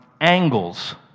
angles